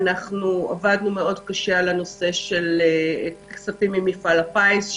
עבדנו קשה על הנושא של כספים ממפעל הפיס,